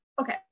Okay